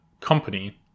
company